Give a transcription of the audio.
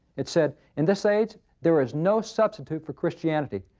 it said, in this age, there is no substitute for christianity.